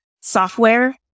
software